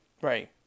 right